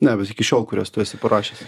ne bet iki šiol kurias tu esi parašęs